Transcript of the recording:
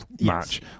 match